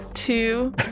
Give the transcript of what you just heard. Two